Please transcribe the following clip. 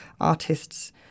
artists